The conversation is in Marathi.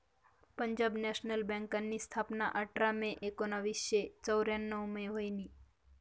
पंजाब नॅशनल बँकनी स्थापना आठरा मे एकोनावीसशे चौर्यान्नव मा व्हयनी